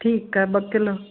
ठीकु आहे ॿ किलो